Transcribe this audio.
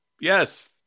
Yes